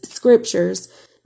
scriptures